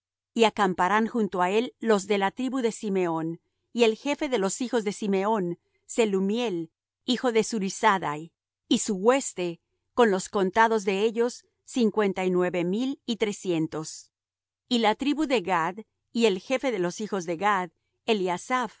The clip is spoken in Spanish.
y acamparán junto á él los de la tribu de simeón y el jefe de los hijos de simeón selumiel hijo de zurisaddai y su hueste con los contados de ellos cincuenta y nueve mil y trescientos y la tribu de gad y el jefe de los hijos de gad